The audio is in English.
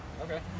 Okay